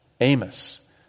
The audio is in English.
Amos